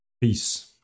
Peace